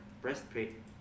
breastplate